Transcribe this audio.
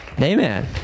Amen